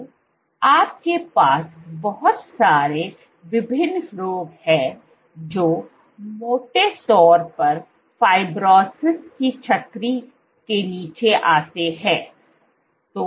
तो आपके पास बहुत सारे विभिन्न रोग है जो मोटे तौर पर फाइब्रोसिस की छतरी के नीचे आते हैं